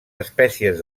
espècies